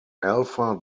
alpha